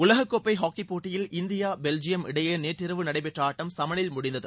உலகக் கோப்பை ஹாக்கிப் போட்டியில் இந்தியா பெல்ஜியம் இடையே நேற்றிரவு நடைபெற்ற ஆட்டம் சமனில் முடிந்தது